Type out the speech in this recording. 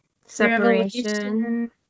separation